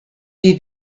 wie